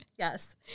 Yes